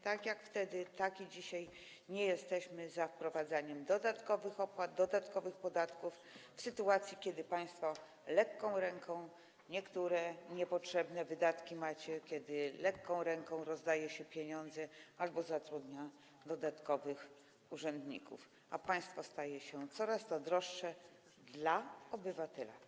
Tak wtedy, jak i dzisiaj nie jesteśmy za wprowadzaniem dodatkowych opłat, dodatkowych podatków w sytuacji, kiedy państwo lekką ręką wydajecie na niektóre niepotrzebne rzeczy, kiedy lekką ręką rozdaje się pieniądze albo zatrudnia dodatkowych urzędników, a państwo staje się coraz to droższe dla obywatela.